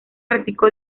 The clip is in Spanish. practicó